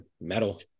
metal